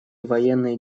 военные